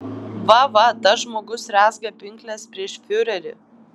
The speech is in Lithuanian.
va va tas žmogus rezga pinkles prieš fiurerį